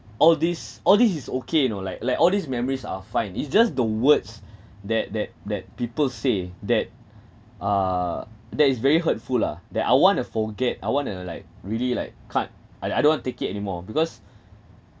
all these all these is okay you know like like all these memories are fine it's just the words that that that people say that uh that is very hurtful lah that I want to forget I want to like really like cut I I don't want take it anymore because